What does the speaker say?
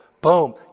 boom